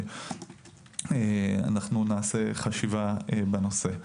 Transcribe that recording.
נעשה חשיבה בנושא.